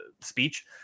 speech